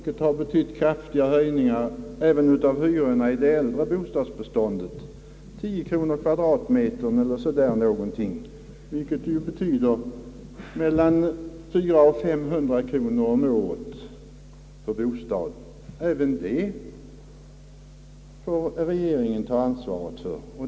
Detta har medfört kraftiga höjningar av hyrorna även i de äldre bostadsbestånden med något sådant som 10 kronor per kvadratmeter, vilket betyder mellan 400 och 500 kronor om året i ökade kostnader för bostaden. även för det får regeringen ta ansvaret.